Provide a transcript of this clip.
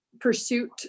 pursuit